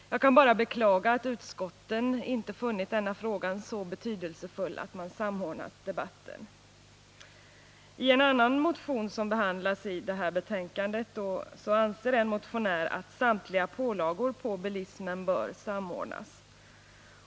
Jag kan bara beklaga att utskotten inte funnit denna fråga så betydelsefull att man samordnat debatten. I en annan motion, som behandlas i detta betänkande, anser en motionär att ”samtliga pålagor på bilismen bör samordnas”.